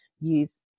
use